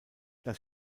das